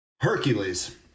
Hercules